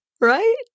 right